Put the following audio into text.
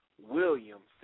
Williams